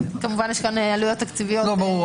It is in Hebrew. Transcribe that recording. וכמובן יש כאן עלויות תקציביות --- ברור,